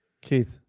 Keith